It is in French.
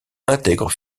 intègrent